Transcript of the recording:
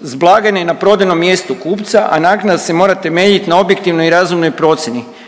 s blagajne i na prodajnom mjestu kupca, a naknada se mora temeljiti na objektivnoj i razumnoj procjeni.